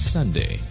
Sunday